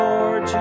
Lord